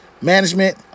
Management